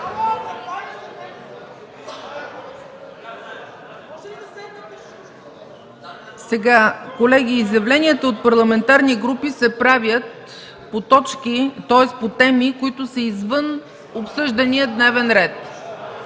ГЕРБ.) Колеги, изявленията от парламентарни групи се правят по теми, които са извън обсъждания дневен ред.